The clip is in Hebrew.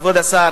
כבוד השר,